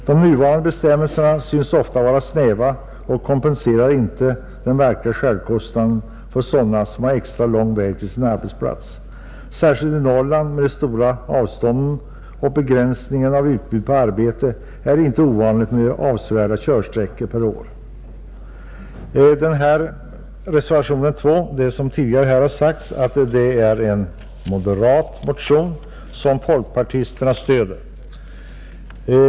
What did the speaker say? De nuvarande bestämmelserna synes ofta vara snäva och kompenserar inte den verkliga självkostnaden för sådana som har extra lång väg till sin arbetsplats. Särskilt i Norrland med de stora avstånden och begränsningen av utbud på arbete är det inte ovanligt med avsevärda körsträckor per år. Reservationen 2 är, som tidigare här har sagts, en moderat motion som folkpartisterna stöder.